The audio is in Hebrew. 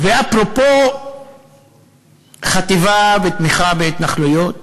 ואפרופו חטיבה, ותמיכה בהתנחלויות,